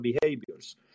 behaviors